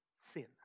sin